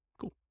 Cool